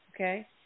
okay